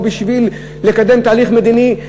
או בשביל לקדם תהליך מדיני,